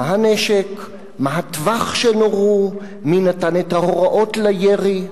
מה הנשק, מה הטווח שנורו, מי נתן את ההוראות לירי.